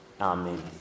Amen